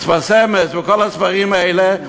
"שפת אמת" וכל הספרים האלה,